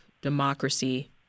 democracy